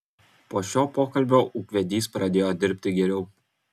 po šio pokalbio ūkvedys pradėjo dirbti geriau